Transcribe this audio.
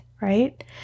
right